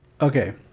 Okay